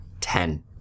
Ten